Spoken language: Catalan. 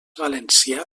valencià